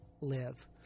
live